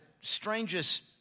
strangest